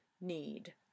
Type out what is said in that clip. need